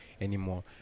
anymore